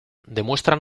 demuestran